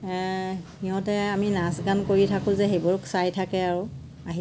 সিহঁতে আমি নাচ গান কৰি থাকোঁ যে সেইবোৰক চাই থাকে আৰু আহি